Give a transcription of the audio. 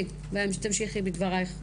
כן, תמשיכי בדברייך.